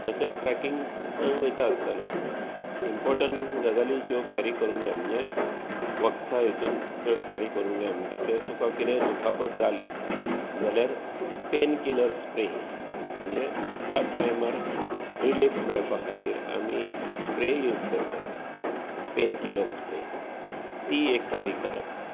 तशेच ट्रॅकिंगाक वयता आसतना इम्पोरटंट गजाली ज्यो कॅरी करूंक जाय म्हणजे वखदां हेतूंत चड कॅरी करूंक जाय म्हणटा तें तुका कितेंय दुखापत जाली जाल्यार पैन किलर स्प्रेय म्हणजे त्याच टायमार रिलीफ मेळपा खातीर आमी स्प्रेय यूज करतात पैन किलर स्प्रेय ती एक कॅरी करप